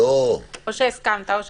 או שהסכמת או שלא.